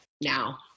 now